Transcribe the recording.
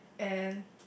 and